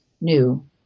new